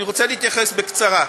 אני רוצה להתייחס בקצרה.